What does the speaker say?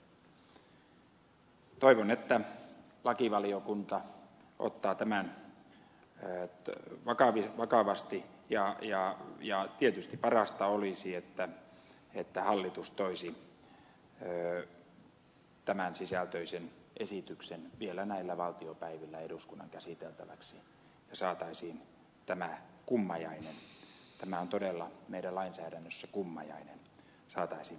toivon että lakivaliokunta ottaa tämän vakavasti ja tietysti parasta olisi että hallitus toisi tämän sisältöisen esityksen vielä näillä valtiopäivillä eduskunnan käsiteltäväksi ja tämä kummajainen tämä on todella meidän lainsäädännössä kummajainen saataisiin